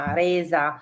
resa